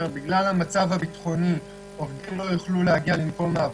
אומר: בגלל המצב הביטחוני העובדים לא יוכלו להגיע למקום העבודה,